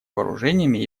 вооружениями